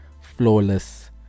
flawless